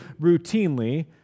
routinely